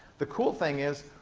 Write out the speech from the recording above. the cool thing is,